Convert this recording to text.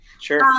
Sure